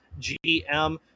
gm